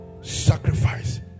sacrifice